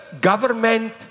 government